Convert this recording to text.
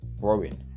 growing